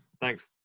thanks